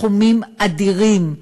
סכומים אדירים.